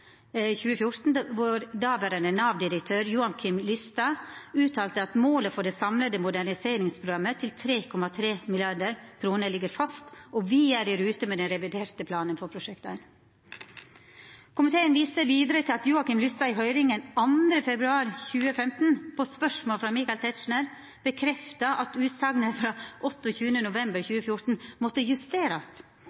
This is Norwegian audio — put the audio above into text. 2014 hvor daværende Nav-direktør Joakim Lystad uttalte at «målet for det samlede moderniseringsprogrammet til 3,3 mrd. kroner ligger fast, og vi er i rute med den reviderte planen for Prosjekt 1». Komiteen viser videre til at Joakim Lystad i høringen 2. februar 2015, på spørsmål fra Michael Tetzschner, bekreftet at utsagnet fra 28. november 2014 måtte justeres,